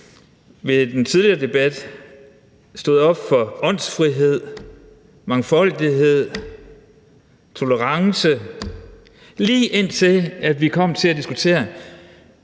ved den tidligere debat stod op for åndsfrihed, mangfoldighed, tolerance, lige indtil vi kom til at diskutere,